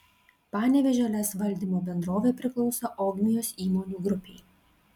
panevėžio lez valdymo bendrovė priklauso ogmios įmonių grupei